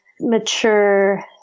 mature